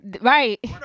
right